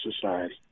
society